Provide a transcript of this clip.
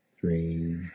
three